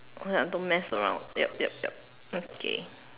okay I don't mess around yup yup yup okay